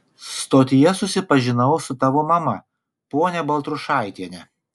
stotyje susipažinau su tavo mama ponia baltrušaitiene